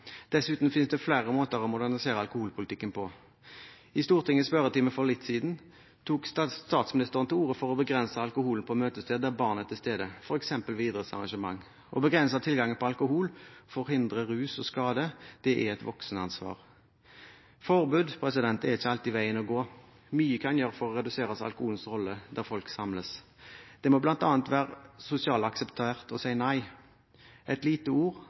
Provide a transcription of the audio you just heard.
Dessuten finnes det flere måter å modernisere alkoholpolitikken på. I Stortingets spørretime for litt siden tok statsministeren til orde for å begrense alkoholen på møtesteder der barn er til stede, f.eks. ved idrettsarrangementer. Å begrense tilgangen til alkohol, å forhindre rus og skade, er et voksenansvar. Forbud er ikke alltid veien å gå. Mye kan gjøres for å redusere alkoholens rolle der folk samles. Det må bl.a. være sosialt akseptert å si «nei» – et lite ord